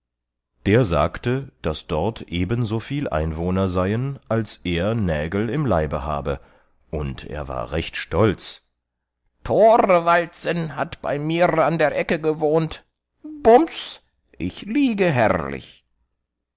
der sagte daß dort eben soviel einwohner seien als er nägel im leibe habe und er war recht stolz thorwaldsen hat bei mir an der ecke gewohnt bums ich liege herrlich